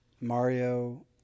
Mario